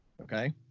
Okay